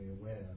aware